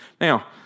Now